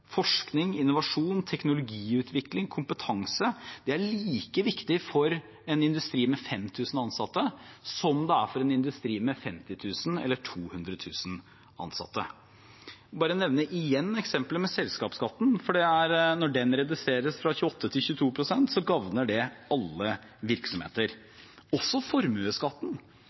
forskning, innovasjon, teknologiutvikling, kompetanse – dette er like viktig for en industri med 5 000 ansatte som det er for en industri med 50 000 eller 200 000 ansatte. Jeg vil bare nevne, igjen, eksemplet med selskapsskatten, for når den reduseres fra 28 til 22 pst., gagner det alle virksomheter. Når det gjelder formuesskatten: